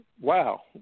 wow